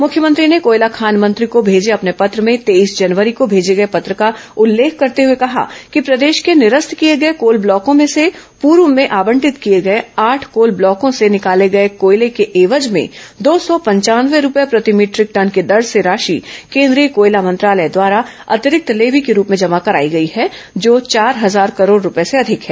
मुख्यमंत्री ने कोयला खान मंत्री को भेजे अपने पत्र में तेईस जनवरी को भेजे गए पत्र का उल्लेख करते हए कहा है कि प्रदेश के निरस्त किए गए कोल ब्लॉकों में से पूर्व में आवंटित किए गए आठ कोल ब्लॉकों से निकाले गए कोयले के एवज में दो सौ पंचानवे रूपये प्रति मीटरिक टन की दर से राशि केंद्रीय कोयला मंत्रालय द्वारा अतिरिक्त लेवी के रूप में जमा कराई गई है जो चार हजार करोड रूपये से अधिक है